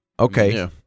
Okay